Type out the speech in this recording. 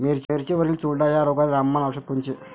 मिरचीवरील चुरडा या रोगाले रामबाण औषध कोनचे?